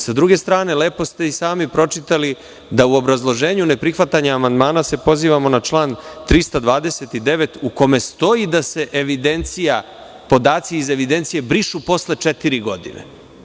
Sa druge strane, lepo ste i sami pročitali da se u obrazloženju za neprihvatanja amandmana pozivamo na član 329, u kome stoji da se podaci iz evidencije brišu posle četiri godine.